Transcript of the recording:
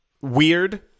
Weird